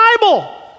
Bible